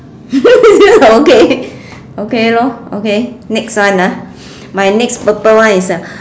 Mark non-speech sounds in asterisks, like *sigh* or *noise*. *laughs* okay okay lor okay next one ah my next purple one is a